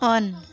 on